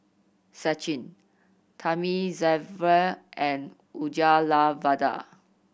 Sachin Thamizhavel and Uyyalawada